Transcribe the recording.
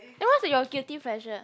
then what's your guilty pleasure